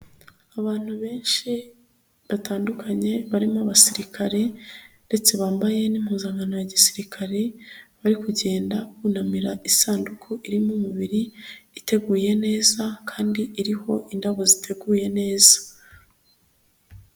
Abantu benshi batandukanye, barimo abasirikare ndetse bambaye n'impuzankano ya gisirikare, bari kugenda bunamira isanduku irimo umubiri iteguye neza kandi iriho indabo ziteguye neza.